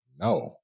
No